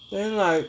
then like